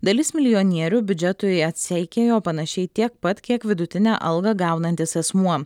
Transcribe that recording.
dalis milijonierių biudžetui atseikėjo panašiai tiek pat kiek vidutinę algą gaunantis asmuo